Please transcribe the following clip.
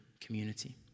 community